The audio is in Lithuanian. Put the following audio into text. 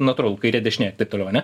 natūralu kairė dešinė ir taip toliau ane